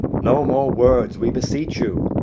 no more words, we beseech you.